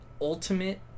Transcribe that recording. ultimate